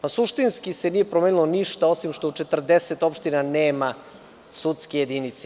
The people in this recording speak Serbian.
Suštinski se nije promenilo ništa, osim što 40 opština nema sudske jedinice.